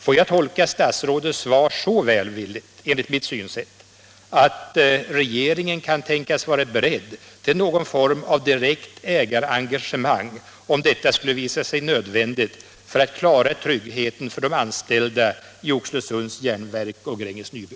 Får jag tolka statsrådets svar så välvilligt, enligt mitt synsätt, att regeringen kan tänkas vara beredd till någon form av direkt ägarengagemang, om detta skulle visa sig nödvändigt för att klara tryggheten för de anställda i Oxelösunds Järnverk och Gränges Nyby?